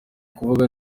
kuvuga